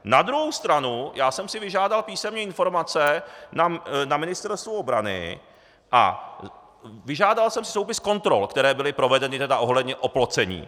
Na druhou stranu, já jsem si vyžádal písemné informace na Ministerstvu obrany a vyžádal jsem si soupis kontrol, které byly provedeny ohledně oplocení.